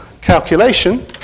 calculation